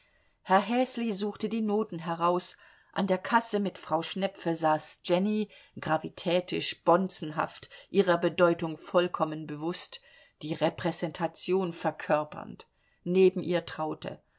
herr häsli suchte die noten heraus an der kasse mit frau schnepfe saß jenny gravitätisch bonzenhaft ihrer bedeutung vollkommen bewußt die repräsentation verkörpernd neben ihr traute